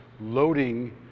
loading